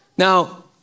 Now